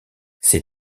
ces